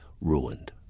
ruined